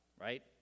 right